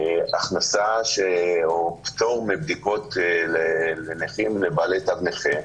ההכנסה או פטור מבדיקות לבעלי תו נכה,